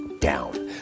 down